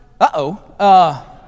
Uh-oh